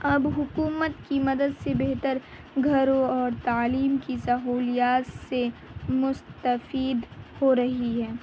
اب حکومت کی مدد سے بہتر گھروں اور تعلیم کی سہولیات سے مستفید ہو رہی ہے